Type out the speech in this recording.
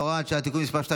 הוראת שעה) (תיקון מס' 2),